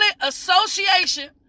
association